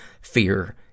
fear